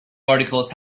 articles